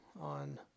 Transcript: on